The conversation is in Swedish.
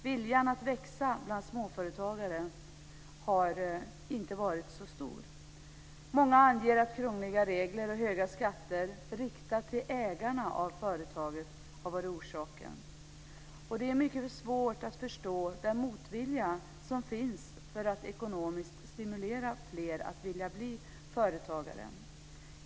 Viljan att växa bland småföretagare har inte varit så stor. Många anger att krångliga regler och höga skatter riktade till ägarna av företaget har varit orsaken. Det är mycket svårt att förstå den motvilja som finns mot att ekonomiskt stimulera fler att vilja bli företagare.